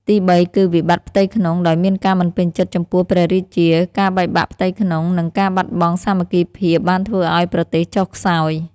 ទីបីគឺ វិបត្តិផ្ទៃក្នុង ដោយមានការមិនពេញចិត្តចំពោះព្រះរាជា ការបែកបាក់ផ្ទៃក្នុង និងការបាត់បង់សាមគ្គីភាពបានធ្វើឱ្យប្រទេសចុះខ្សោយ។